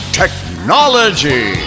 technology